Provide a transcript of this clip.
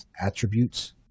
Attributes